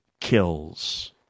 kills